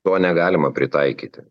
to negalima pritaikyti